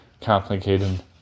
complicated